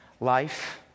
Life